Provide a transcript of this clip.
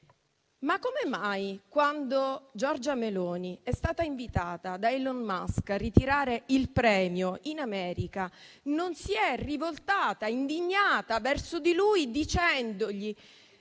come mai, quando Giorgia Meloni è stata invitata da Elon Musk a ritirare il premio in America, non si è rivoltata e indignata verso di lui dicendogli